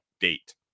date